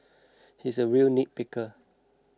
he is a real nitpicker